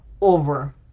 over